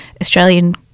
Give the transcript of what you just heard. Australian